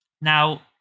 now